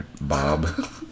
Bob